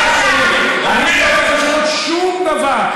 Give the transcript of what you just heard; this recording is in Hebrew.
זאת התפיסה שלי, אני לא צריך לשנות שום דבר.